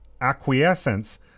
acquiescence